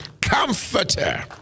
Comforter